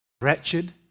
wretched